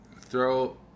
throw